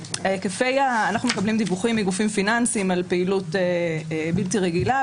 אנחנו מקבלים דיווחים מגופים פיננסיים על פעילות בלתי רגילה,